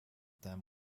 them